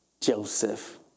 joseph